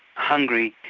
hungry,